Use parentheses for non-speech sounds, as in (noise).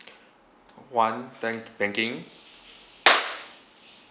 (breath) one bank banking